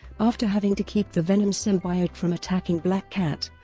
after having to keep the venom symbiote from attacking black cat,